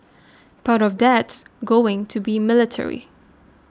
part of that's going to be military